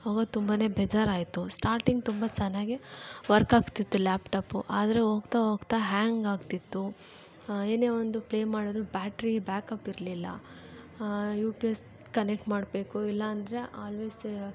ಅವಾಗ ತುಂಬನೇ ಬೇಜಾರು ಆಯಿತು ಸ್ಟಾರ್ಟಿಂಗ್ ತುಂಬ ಚೆನ್ನಾಗೇ ವರ್ಕ್ ಆಗ್ತಿತ್ತು ಲ್ಯಾಪ್ ಟಾಪು ಆದರೂ ಹೋಗ್ತಾ ಹೋಗ್ತಾ ಹ್ಯಾಂಗ್ ಆಗ್ತಿತ್ತು ಏನೇ ಒಂದು ಪ್ಲೇ ಮಾಡಿದ್ರೂ ಬ್ಯಾಟ್ರಿ ಬ್ಯಾಕ್ ಅಪ್ ಇರಲಿಲ್ಲ ಯು ಪಿ ಎಸ್ ಕನೆಕ್ಟ್ ಮಾಡಬೇಕು ಇಲ್ಲ ಅಂದರೆ ಆಲ್ವೇಸ್